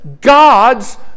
God's